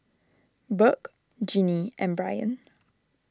Burk Ginny and Brian